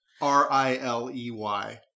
r-i-l-e-y